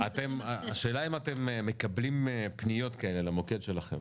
השאלה אם אתם מקבלים פניות כאלה למוקד שלכם,